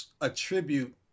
attribute